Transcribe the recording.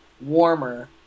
warmer